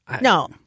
No